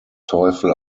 teufel